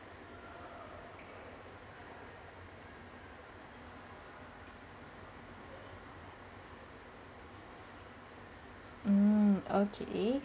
mm okay